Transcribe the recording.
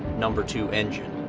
number two engine.